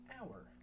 hour